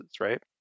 right